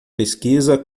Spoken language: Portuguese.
pesquisa